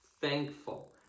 Thankful